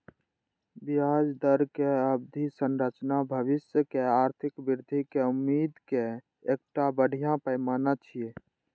ब्याज दरक अवधि संरचना भविष्यक आर्थिक वृद्धिक उम्मीदक एकटा बढ़िया पैमाना छियै